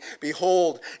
Behold